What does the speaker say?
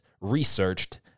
researched